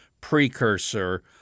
precursor